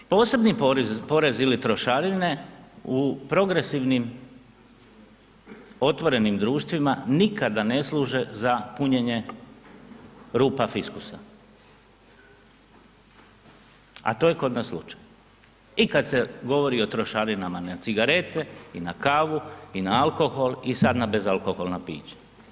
Posebni porezi ili trošarine u progresivnim otvorenim društvima nikada ne služe za punjenje rupa fiskusa, a to je kod nas slučaj i kada se govori o trošarinama na cigarete i na kavu i na alkohol i sada na bezalkoholna pića.